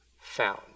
found